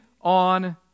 on